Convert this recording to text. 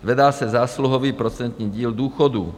Zvedá se zásluhový procentní díl důchodů.